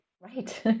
Right